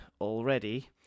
already